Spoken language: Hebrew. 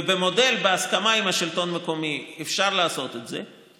ובמודל שבהסכמה עם השלטון המקומי אפשר לעשות את זה.